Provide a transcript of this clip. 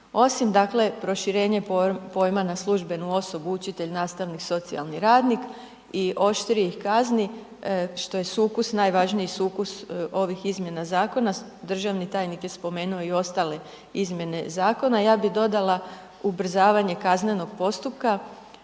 Osim proširenje pojma na službenu osobu učitelj, nastavnik, socijalni radnik i oštrijih kazni, što je sukus, najvažniji sukus ovih izmjena zakona, državni tajnik je spomenuo i ostale izmjene zakona, ja bi dodala ubrzavanje kaznenog postupka